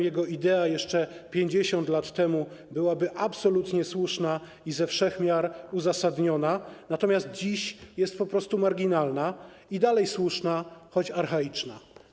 Jego idea jeszcze 50 lat temu byłaby absolutnie słuszna i ze wszech miar uzasadniona, natomiast dziś jest po prostu marginalna - i dalej słuszna, choć archaiczna.